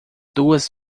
duas